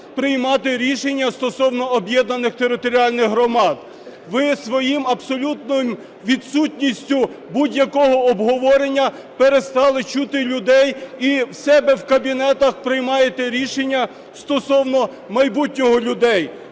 приймати рішення стосовно об'єднаних територіальних громад. Ви своєю абсолютною відсутністю будь-якого обговорення перестали чути людей і в себе в кабінетах приймаєте рішення стосовно майбутнього людей.